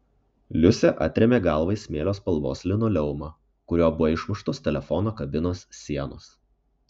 liusė atrėmė galvą į smėlio spalvos linoleumą kuriuo buvo išmuštos telefono kabinos sienos